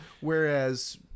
Whereas